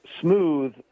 smooth